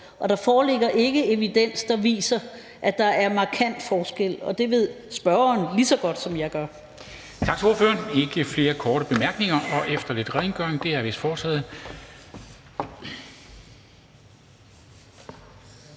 Og der foreligger ikke evidens, der viser, at der er markant forskel, og det ved spørgeren lige så godt, som jeg gør.